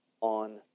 on